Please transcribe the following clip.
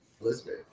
Elizabeth